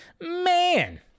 man